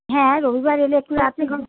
হ্যাঁ রবিবার এলে একটু রাত্রে কো